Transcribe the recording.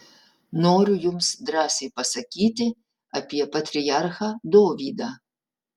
noriu jums drąsiai pasakyti apie patriarchą dovydą